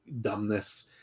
dumbness